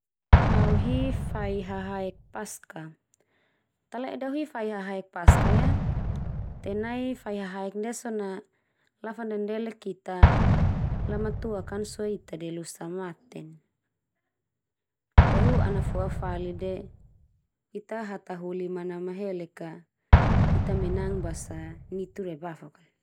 Au hi fai hahaek paskah. Tale'e de au hi fai hahaek paskah ia? Te nai fai hahaek ndia so na lafandendelek ita Lamatuak a Ana sue ita de losa maten. Te hu Ana fo'a fali de ita hataholi manamahelek a ita menang basa nitu daebafok al.